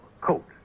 coat